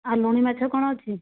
ଆଉ ଲୁଣି ମାଛ କ'ଣ ଅଛି